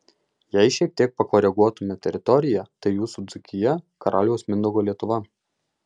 jei šiek tiek pakoreguotume teritoriją tai jūsų dzūkija karaliaus mindaugo lietuva